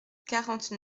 quarante